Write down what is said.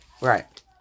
Right